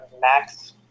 max